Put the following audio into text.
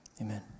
Amen